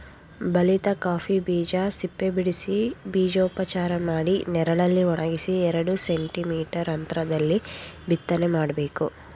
ಬಲಿತ ಕಾಫಿ ಬೀಜ ಸಿಪ್ಪೆಬಿಡಿಸಿ ಬೀಜೋಪಚಾರ ಮಾಡಿ ನೆರಳಲ್ಲಿ ಒಣಗಿಸಿ ಎರಡು ಸೆಂಟಿ ಮೀಟರ್ ಅಂತ್ರದಲ್ಲಿ ಬಿತ್ತನೆ ಮಾಡ್ಬೇಕು